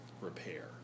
repair